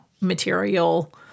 material